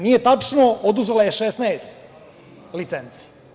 Nije tačno, oduzela je 16 licenci.